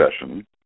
session